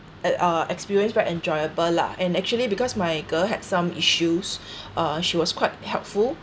uh experience very enjoyable lah and actually because my girl had some issues uh she was quite